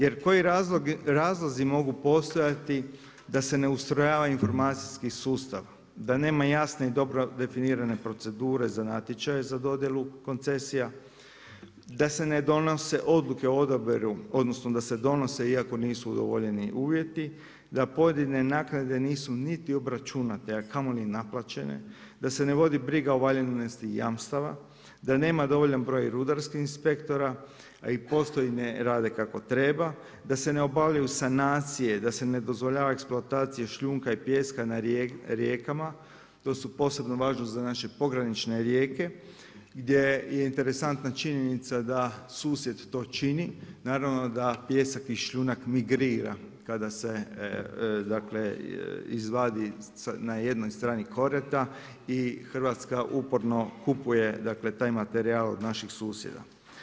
Jer koji razlozi mogu postojati da se ne ustrojava informacijski sustav, da nema jasne i dobro definirane procedure za natječaje za dodjelu koncesija, da se ne donose odluke o odabiru odnosno da se donose iako nisu udovoljeni uvjeti, da pojedine naknade nisu niti obračunate, a kamoli naplaćene, da se ne vodi briga o valjanosti jamstava, da nema dovoljan broj rudarskih inspektora, a i postoji ne rade kako treba, da se ne obavljaju sanacije, da se ne dozvoljava eksploatacija šljunka i pijeska na rijekama, to je posebno važno za naše pogranične rijeke gdje je interesantna činjenica da susjed to čini, naravno da pijesak i šljunak migrira kada se izvadi na jednoj strani korita i Hrvatska uporno kupuje taj materijal od naših susjeda.